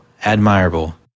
Admirable